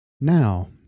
now